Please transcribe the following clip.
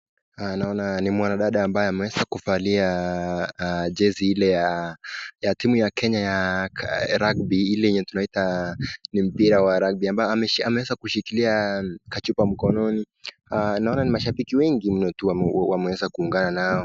naona nimwanadada ambaye ameweza kuvalia jezi ile ya timu ya kenya ya rugby ileyenye tunaita mpira wa ragbi ambayo amewezakushikilia kachupa mkononi naona kuna mashabiki wengi mno tu wameweza kuungana nao.